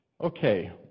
Okay